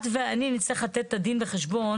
את ואני נצטרך לתת את הדין והחשבון